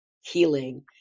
healing